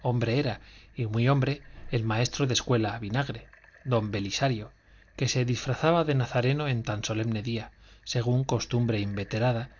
hombre era y muy hombre el maestro de escuela vinagre don belisario que se disfrazaba de nazareno en tan solemne día según costumbre inveterada